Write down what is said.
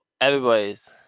everybody's